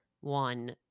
one